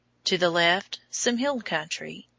to the left some hill country.